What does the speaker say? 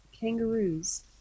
Kangaroos